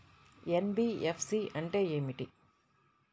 NBFC అంటే ఏమిటి?